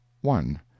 one